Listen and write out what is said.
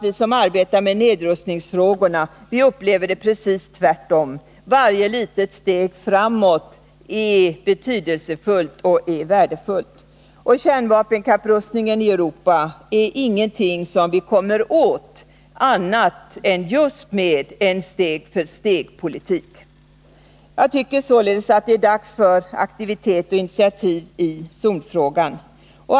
Vi som arbetar med nedrustningsfrågorna upplever det precis tvärtom — varje litet steg framåt är betydelsefullt och värdefullt. Och kärnvapenkapprustningen i Europa är ingenting som vi kommer åt annat än med en steg-för-steg-politik. Jag tycker således att det är dags för aktivitet och initiativ i zonfrågan.